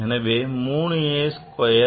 எனவே 3 a square del a